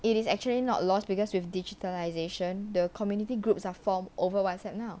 it is actually not lost because with digitalisation the community groups are formed over whatsapp now